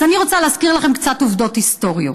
אז אני רוצה להזכיר לכם קצת עובדות היסטוריות: